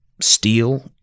steel